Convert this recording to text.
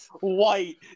White